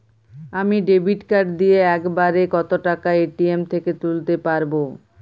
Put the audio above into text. আমি debit card দিয়ে এক বারে কত টাকা এ.টি.এম থেকে তুলতে পারবো?